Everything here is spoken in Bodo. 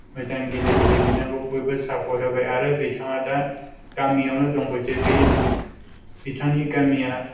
मोजां गेले गेले बिथांखौ बयबो सापर्त होबाय आरो बिथाङा दा गामियावनो दंबाय थायो बे बिथांनि गामिया